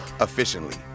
efficiently